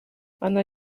она